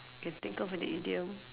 can think of an idiom